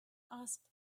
asked